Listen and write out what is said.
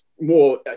more